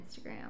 Instagram